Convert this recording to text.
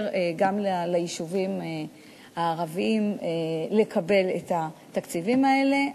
גם ליישובים הערביים לקבל את התקציבים האלה.